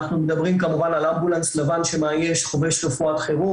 כשאנחנו מדברים כמובן על אמבולנס לבן שמאייש חובש רפואת חירום,